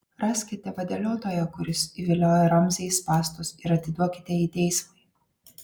raskite vadeliotoją kuris įviliojo ramzį į spąstus ir atiduokite jį teismui